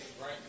right